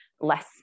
less